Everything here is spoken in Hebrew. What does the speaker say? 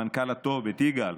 המנכ"ל הטוב, את יגאל,